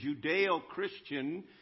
Judeo-Christian